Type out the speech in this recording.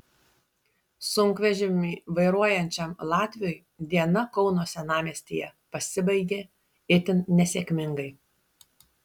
sunkvežimį vairuojančiam latviui diena kauno senamiestyje pasibaigė itin nesėkmingai